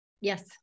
Yes